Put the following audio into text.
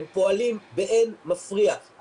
הם פועלים באין מפריע.